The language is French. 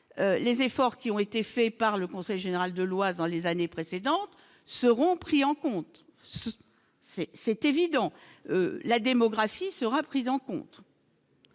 les efforts qui ont été faits par le conseil général de l'Oise dans les années précédentes, seront pris en compte c'est, c'est évident, la démographie, sera prise en compte.